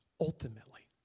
ultimately